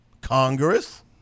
Congress